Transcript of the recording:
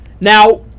Now